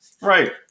Right